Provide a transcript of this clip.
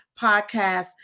podcast